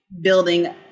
building